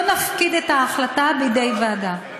בואן נפקיד את ההחלטה בידי ועדה.